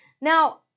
Now